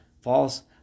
false